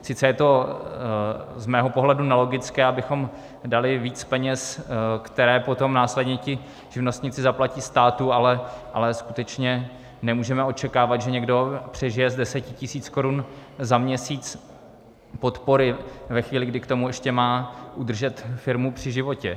Sice je to z mého pohledu nelogické, abychom dali víc peněz, které potom následně ti živnostníci zaplatí státu, ale skutečně nemůžeme očekávat, že někdo přežije z 10 tisíc korun za měsíc podpory ve chvíli, kdy k tomu ještě má udržet firmu při životě.